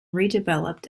redeveloped